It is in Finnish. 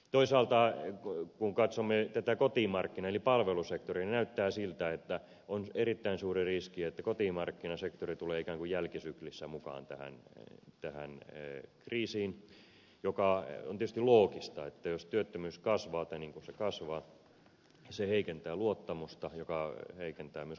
toisaalta kun katsomme tätä kotimarkkina eli palvelusektoria niin näyttää siltä että on erittäin suuri riski että kotimarkkinasektori tulee ikään kuin jälkisyklissä mukaan tähän kriisiin mikä on tietysti loogista että jos työttömyys kasvaa tai kun se kasvaa se heikentää luottamusta mikä heikentää myös kotimarkkinakysyntää